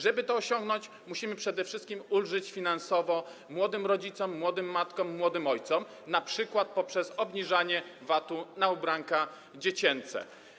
Żeby to osiągnąć, musimy przede wszystkim ulżyć finansowo młodym rodzicom, młodym matkom, młodym ojcom np. poprzez obniżanie VAT-u na ubranka dziecięce.